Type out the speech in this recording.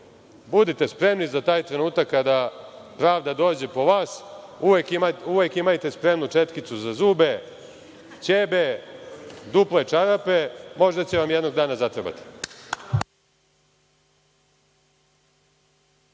Budite spremni za taj trenutak kada pravda dođe po vas. Uvek imajte spremnu četkicu za zube, ćebe, duple čarape, možda će vam jednog dana zatrebati.